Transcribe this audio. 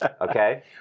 Okay